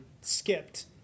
skipped